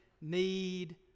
need